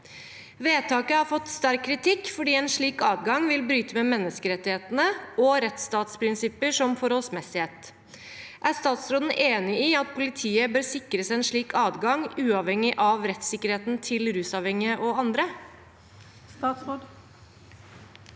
Vedtaket har fått sterk kritikk fordi en slik adgang vil bryte med menneskerettighetene og rettsstats-prinsipper som forholdsmessighet. Er statsråden enig i at politiet bør sikres en slik adgang, uavhengig av rettssikkerheten til rusavhengige og andre?»